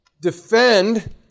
defend